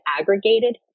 aggregated